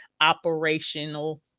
operational